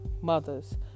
mothers